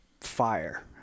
fire